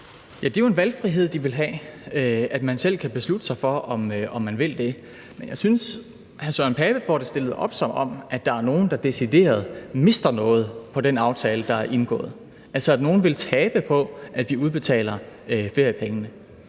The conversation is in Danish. Det er jo en valgfrihed, de vil have, altså at de selv kan beslutte sig for, om de vil det. Jeg synes, hr. Søren Pape får det stillet op, som om der er nogle, der decideret mister noget på den aftale, der er indgået – altså at nogen vil tabe på, at vi udbetaler feriepengene.